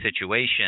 situation